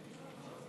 התשע"ט 2018,